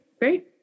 great